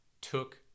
took